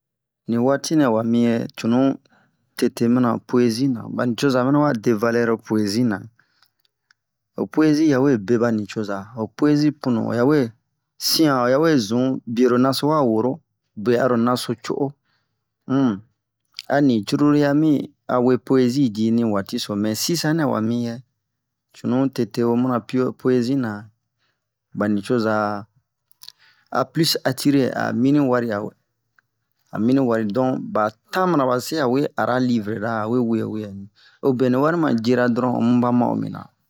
Ni waati nɛ wami yɛ cunu tete mina poyezi na ɓa nucoza mina wa de valɛri poesie na ho poesie yawe be ɓa nucoza ho poesie punu o yawe siyan o yawe zun biyo lo naso wa woro biyo aro naso co'o um a ni curulu yami awe poesie ji ni waati so mɛ sisanɛ wa mi yɛ cunu tete wo mina peo- poyezi na ɓa nucoza a plus attirer a mi nin wari a- a mi nin wari donc ɓa temps nina ɓa se awe ara livre-ra awe weyɛ weyɛ ho bio ni wari ma jira dɔron ho mu ɓa ma'o mina